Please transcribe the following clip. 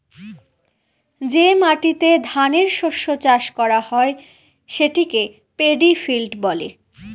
যে মাটিতে ধানের শস্য চাষ করা হয় সেটা পেডি ফিল্ড বলে